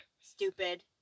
Stupid